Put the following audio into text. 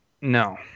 No